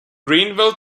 greenville